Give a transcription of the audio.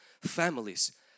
families